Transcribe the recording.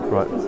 Right